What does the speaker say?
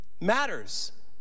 matters